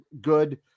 good